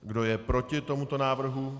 Kdo je proti tomuto návrhu?